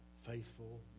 Faithful